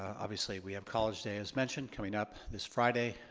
obviously we have college day as mentioned coming up this friday.